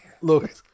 Look